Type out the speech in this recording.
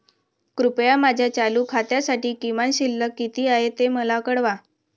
कृपया माझ्या चालू खात्यासाठी किमान शिल्लक किती आहे ते मला कळवा